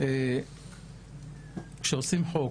כשמחוקקים חוק